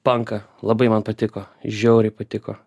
panka labai man patiko žiauriai patiko